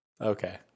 Okay